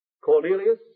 Cornelius